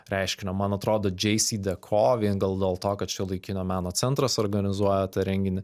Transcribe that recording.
reiškinio man atrodo džeisideko vien gal dėl to kad šiuolaikinio meno centras organizuoja renginį